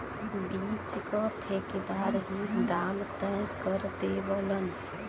बीच क ठेकेदार ही दाम तय कर देवलन